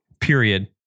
Period